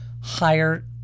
higher